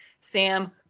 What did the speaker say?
Sam